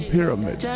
Pyramid